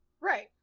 right